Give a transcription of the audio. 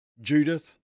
Judith